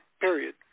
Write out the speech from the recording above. period